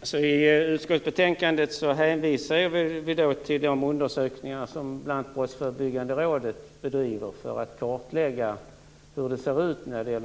Fru talman! I utskottsbetänkandet hänvisas till de undersökningar som bl.a. Brottsförebyggande rådet bedriver för att kartlägga